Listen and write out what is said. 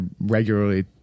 regularly